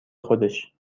خودش